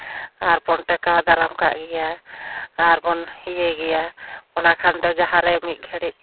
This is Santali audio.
ᱟᱨ ᱵᱚᱱ ᱴᱮᱠᱟᱣ ᱫᱟᱨᱟᱢ ᱠᱟᱜ ᱜᱮᱭᱟ ᱟᱨ ᱵᱚᱱ ᱤᱭᱟᱹᱭ ᱜᱮᱭᱟ ᱚᱱᱟ ᱠᱷᱟᱱ ᱫᱚ ᱡᱟᱦᱟᱸ ᱨᱮ ᱢᱤᱫ ᱜᱷᱟᱹᱲᱤᱡ